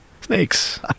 snakes